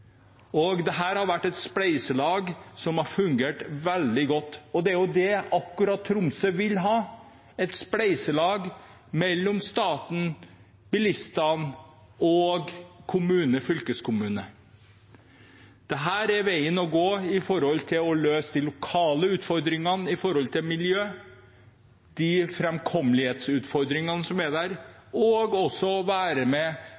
har vært et spleiselag, som har fungert veldig godt, og det er akkurat det Tromsø vil ha, et spleiselag mellom staten, bilistene og kommune/fylkeskommune. Dette er veien å gå for å løse de lokale utfordringene med hensyn til miljø, de framkommelighetsutfordringene som er der, og også for å være med